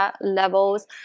levels